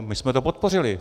My jsme to podpořili.